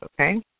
okay